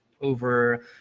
over